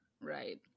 Right